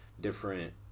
different